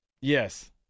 Yes